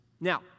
Now